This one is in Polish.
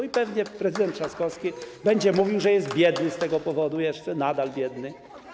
I pewnie prezydent Trzaskowski będzie mówił, że jest biedny z tego powodu jeszcze, nadal biedny.